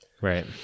Right